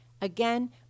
Again